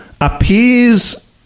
appears